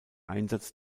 einsatz